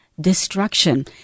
destruction